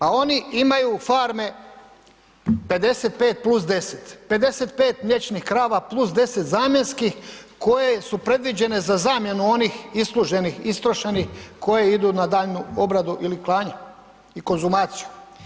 Pa oni imaju farme 55 + 10, 55 mliječnih krava + 10 zamjenskih koje su predviđene za zamjenu onih isluženih, istrošenih koje idu na daljnju obradu ili klanje i konzumaciju.